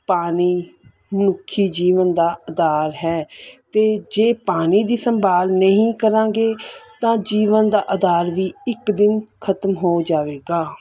ਪਾਣੀ ਮਨੁੱਖੀ ਜੀਵਨ ਦਾ ਆਧਾਰ ਹੈ ਅਤੇ ਜੇ ਪਾਣੀ ਦੀ ਸੰਭਾਲ ਨਹੀਂ ਕਰਾਂਗੇ ਤਾਂ ਜੀਵਨ ਦਾ ਆਧਾਰ ਵੀ ਇੱਕ ਦਿਨ ਖਤਮ ਹੋ ਜਾਵੇਗਾ